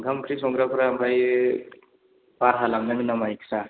ओंखाम ओंख्रि संग्राफोरा ओमफ्राय भारा लांनांगोन नामा एक्सट्रा